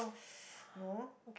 no